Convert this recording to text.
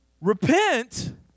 Repent